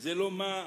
זה מה לא,